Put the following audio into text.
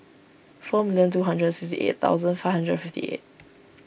four million two hundred sixty eight thousand five hundred fifty eight